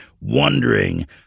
wondering